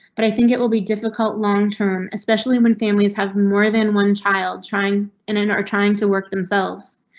but i think it will be difficult long-term, especially when. families have more than one child trying in and are trying to work themselves.